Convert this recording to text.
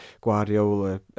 Guardiola